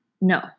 No